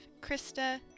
Krista